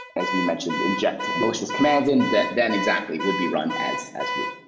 as we mentioned, inject malicious commands in that then exactly would be run as as root.